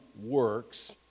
works